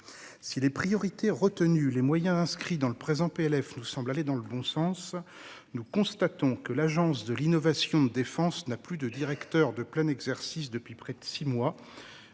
Si les priorités retenues et les moyens inscrits dans le projet de loi de finances nous semblent aller dans le bon sens, nous constatons que l'Agence de l'innovation de défense (AID) n'a plus de directeur de plein exercice depuis près de six mois.